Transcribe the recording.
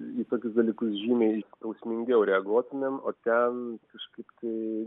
į tokius dalykus žymiai skausmingiau reaguotumėm o ten kažkaip tai